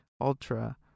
ultra-